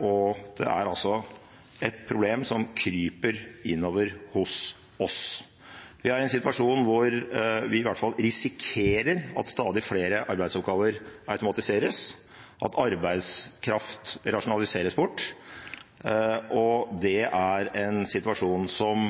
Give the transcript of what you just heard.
og det er et problem som kryper innover hos oss. Vi er i en situasjon hvor vi i hvert fall risikerer at stadig flere arbeidsoppgaver automatiseres, at arbeidskraft rasjonaliseres bort, og det er en situasjon som